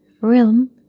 realm